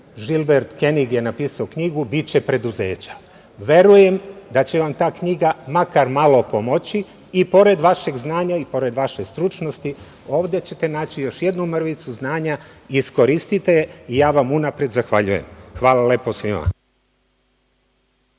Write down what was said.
Žilber Kenig je napisao knjigu „Biće preduzeća“. Verujem da će vam ta knjiga makar malo pomoći i pored vašeg znanja i pored vaše stručnosti, ovde ćete naći još jednu mrvicu znanja, iskoristite je i ja vam unapred zahvaljujem. Hvala lepo svima.